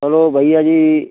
hello भैया जी